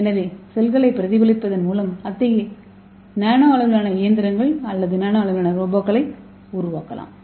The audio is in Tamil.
எனவே செல்களைப் பிரதிபலிப்பதன் மூலம் அத்தகைய நானோ அளவிலான இயந்திரங்கள் அல்லது நானோ அளவிலான ரோபோக்களை உருவாக்கலாம்